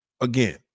again